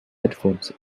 headphones